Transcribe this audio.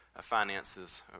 finances